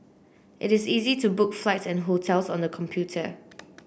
it is easy to book flights and hotels on the computer